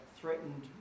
threatened